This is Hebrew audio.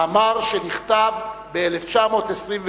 מאמר שנכתב ב-1923,